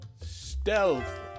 Stealth